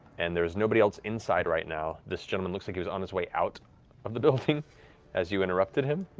and there's nobody else inside right now. this gentleman looks like he was on his way out of the building as you interrupted him.